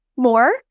More